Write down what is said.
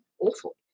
awful